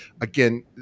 again